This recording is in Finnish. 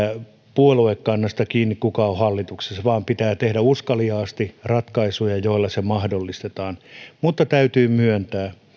puoluekannasta kiinni siitä kuka on hallituksessa vaan pitää tehdä uskaliaasti ratkaisuja joilla tämä mahdollistetaan mutta täytyy myöntää